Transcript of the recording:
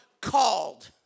called